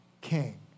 king